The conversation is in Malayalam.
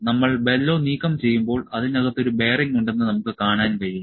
നമ്മൾ ബെല്ലോ നീക്കംചെയ്യുമ്പോൾ അതിനകത്ത് ഒരു ബെയറിംഗ് ഉണ്ടെന്ന് നമുക്ക് കാണാൻ കഴിയും